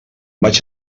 vaig